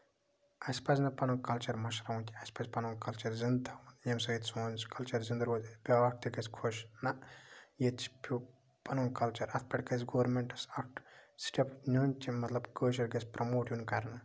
اَسہِ پَزِ نہٕ پَنُن کَلچر مٔشراوُن کیٚنٛہہ اَسہِ پَزِ پَنُن کَلچر زِنٛدٕ تھاوُن ییٚمہِ سۭتۍ سون سُہ کَلچر زِندٕ روزِ بیاکھ تہِ گژھِ خۄش نہ ییٚتہِ چھِ پیٚو پَنُن کَلچر اَتھ پٮ۪ٹھ گژھِ گورمیٚنٹَس اکھ سِٹیپ نیُن کہِ مطلب کٲشُر گژھِ پرموٹ یُن کرنہٕ